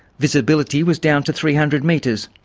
visibility was down to three hundred metres.